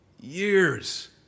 years